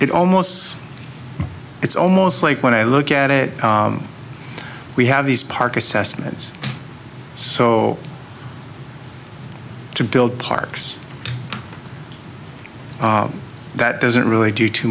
it almost it's almost like when i look at it we have these park assessments so to build parks that doesn't really do too